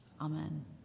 Amen